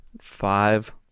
five